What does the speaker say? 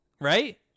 right